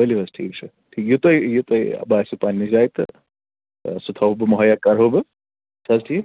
ؤلِو حظ ٹھیٖک چھُ ٹھیٖک یہِ تۄہہِ یہِ تۄہہِ باسیو پنٛنہِ جایہِ تہٕ سُہ تھاوو بہٕ مُہیا کَرو بہٕ چھِ حظ ٹھیٖک